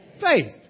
faith